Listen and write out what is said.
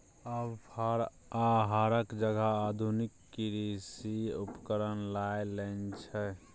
आब फार आ हरक जगह आधुनिक कृषि उपकरण लए लेने छै